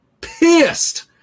pissed